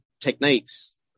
techniques